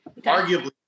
arguably